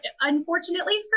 unfortunately